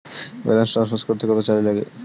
Balance transfer করতে কত charge লাগে?